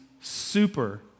super